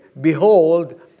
behold